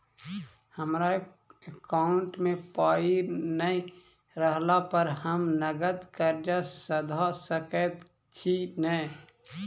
हमरा एकाउंट मे पाई नै रहला पर हम नगद कर्जा सधा सकैत छी नै?